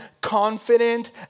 confident